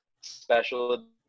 special